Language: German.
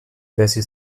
wessis